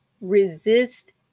resist